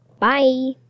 Bye